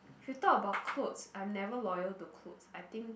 if you talk about clothes I'm never loyal to clothes I think